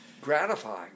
gratifying